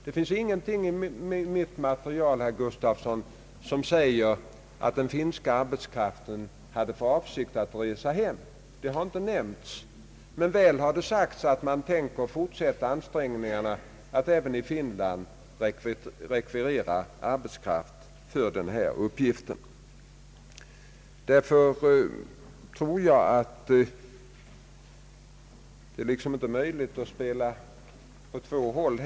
Det finns ingenting i mitt material, herr Gustafsson, som säger att den finska arbetskraften hade för avsikt att resa hem; det har inte nämnts. Men väl har det sagts att man tänker fortsätta ansträngningarna att även i Finland rekvirera arbetskraft för denna uppgift. Därför tror jag att man inte så att säga kan argumentera på båda hållen.